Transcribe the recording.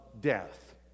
death